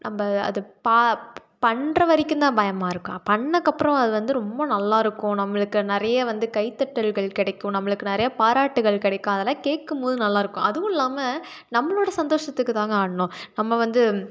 நம்ப அது பா பண்ணுற வரைக்கும் தான் பயமாக இருக்கும் பண்ணக்கப்புறம் அது வந்து ரொம்ப நல்லாயிருக்கும் நம்மளுக்கு நிறைய வந்து கைதட்டல்கள் கிடைக்கும் நம்மளுக்கு நிறையா பாராட்டுகள் கிடைக்கும் அதெல்லாம் கேட்கும் போது நல்லாயிருக்கும் அதுவும் இல்லாமல் நம்மளோட சந்தோஷத்துக்கு தாங்க ஆடணும் நம்ம வந்து